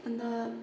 अन्त